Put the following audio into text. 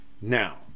now